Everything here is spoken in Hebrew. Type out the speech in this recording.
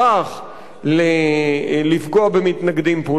לפגוע במתנגדים פוליטיים,